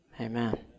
amen